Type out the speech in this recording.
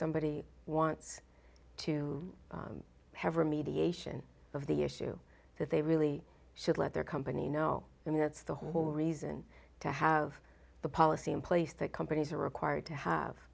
somebody wants to have a mediation of the issue that they really should let their company know i mean that's the whole reason to have the policy in place that companies are required to have